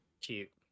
Cute